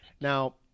Now